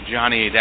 Johnny